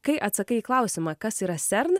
kai atsakai į klausimą kas yra sern